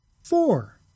Four